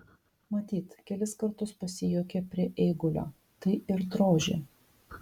matyt kelis kartus pasijuokė prie eigulio tai ir drožė